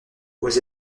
aux